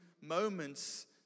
moments